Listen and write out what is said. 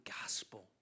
gospel